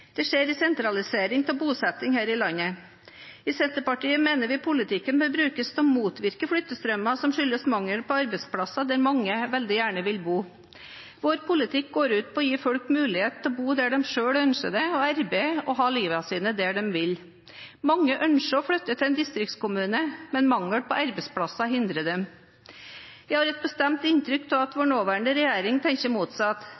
Det skjer en sentralisering av bosetting her i landet. I Senterpartiet mener vi politikken bør brukes til å motvirke flyttestrømmer som skyldes mangel på arbeidsplasser der mange veldig gjerne vil bo. Vår politikk går ut på å gi folk mulighet til å bo der de selve ønsker, og arbeide og ha livet sitt der de vil. Mange ønsker å flytte til en distriktskommune, men mangel på arbeidsplasser hindrer dem. Jeg har et bestemt inntrykk av at vår nåværende regjering tenker motsatt.